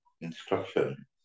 instruction